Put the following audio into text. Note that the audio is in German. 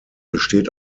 besteht